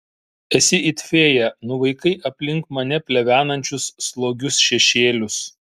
esi it fėja nuvaikai aplink mane plevenančius slogius šešėlius